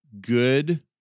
good